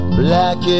black